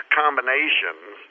combinations